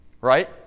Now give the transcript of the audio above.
right